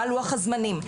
מה לוח הזמנים,